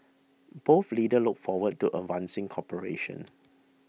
both leaders look forward to advancing cooperation